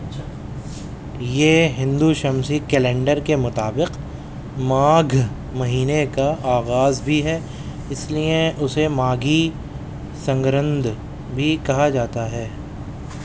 یہ ہندو شمسی کیلنڈر کے مطابق ماگھ مہینے کا آغاز بھی ہے اس لیے اسے ماگھی سنگرندھ بھی کہا جاتا ہے